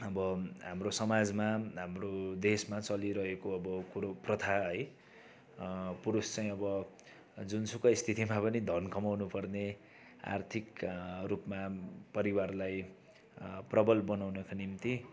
अब हाम्रो समाजमा हाम्रो देशमा चलिरहेको अब कुरो प्रथा है पुरुष चाहिँ अब जुनसुकै स्थितिमा पनि धन कमाउनुपर्ने आर्थिक रूपमा परिवारलाई प्रबल बनाउनका निम्ति